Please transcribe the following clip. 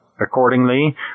Accordingly